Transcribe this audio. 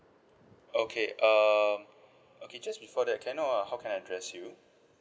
okay um okay just before that can I know uh how can I address you